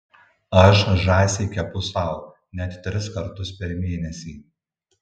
aš žąsį kepu sau net tris kartus per mėnesį